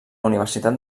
universitat